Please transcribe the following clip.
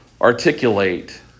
articulate